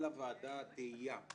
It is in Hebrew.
הוועדה תהייה.